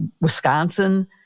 Wisconsin